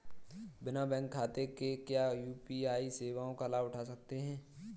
बिना बैंक खाते के क्या यू.पी.आई सेवाओं का लाभ उठा सकते हैं?